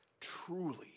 truly